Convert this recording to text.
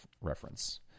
reference